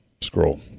scroll